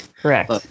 Correct